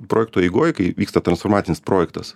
projekto eigoj kai vyksta transformacinis projektas